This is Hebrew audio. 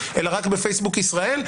אלא רק בפייסבוק ישראל?